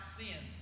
sin